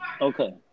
Okay